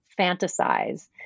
fantasize